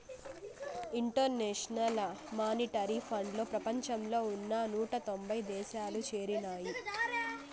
international monetary ఫండ్లో ప్రపంచంలో ఉన్న నూట తొంభై దేశాలు చేరినాయి